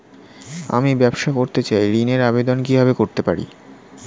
আমি ব্যবসা করতে চাই ঋণের আবেদন কিভাবে করতে পারি?